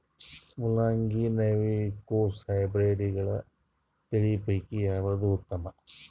ಮೊಲಂಗಿ, ನವಿಲು ಕೊಸ ಹೈಬ್ರಿಡ್ಗಳ ತಳಿ ಪೈಕಿ ಯಾವದು ಉತ್ತಮ?